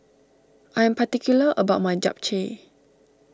I am particular about my Japchae